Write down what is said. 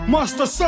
Master